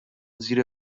زیر